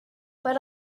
but